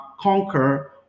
conquer